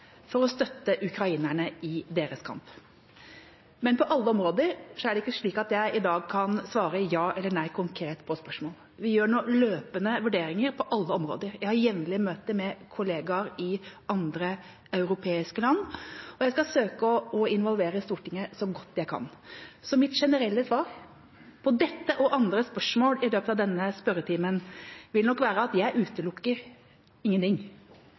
for å støtte ukrainerne i deres kamp. Men på alle områder er det ikke slik at jeg i dag konkret kan svare ja eller nei på spørsmål. Vi gjør nå løpende vurderinger på alle områder. Jeg har jevnlige møter med kollegaer i andre europeiske land, og jeg skal søke å involvere Stortinget så godt jeg kan. Så mitt generelle svar på dette og andre spørsmål i løpet av denne spørretimen vil nok være at jeg utelukker ingenting,